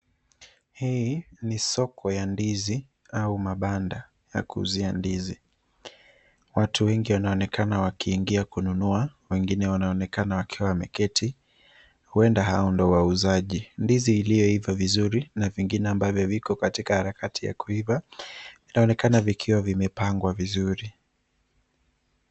Hii ni soko ya ndizi au mabanda ya kuuzia ndizi. Watu wengi wanaonekana wakiingia kununua wengine wanaonekana wakiwa wameketi, huenda hao ndo wauzaji. Ndizi iliyoiva vizuri na vingine ambavyo viko katika harakati ya kuiva vinaonekana vikiwa vimepangwa vizuri.